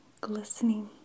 glistening